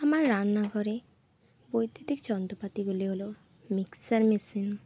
আমার রান্নাঘরে বৈদ্যুতিক যন্ত্রপাতিগুলি হলো মিক্সার মেশিন